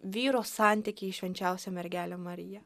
vyro santykį į švenčiausią mergelę mariją